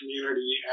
community